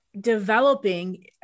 developing